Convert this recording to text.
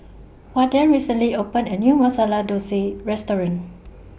Wardell recently opened A New Masala Dosa Restaurant